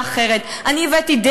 אני הבאתי ממשלה אחרת,